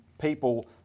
people